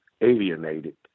alienated